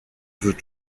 veut